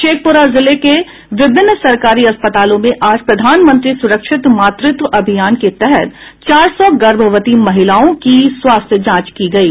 शेखपुरा जिले के विभिन्न सरकारी अस्पतालों में आज प्रधानमंत्री सुरक्षित मातृत्व अभियान के तहत चार सौ गर्भवती महिलाओं की स्वास्थ्य जांच की गयी